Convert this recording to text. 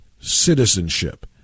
citizenship